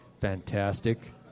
fantastic